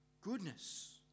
goodness